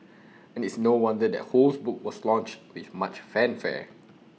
and it's no wonder that Ho's book was launched with much fanfare